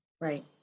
Right